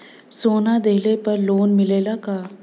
सोना दहिले पर लोन मिलल का?